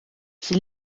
sie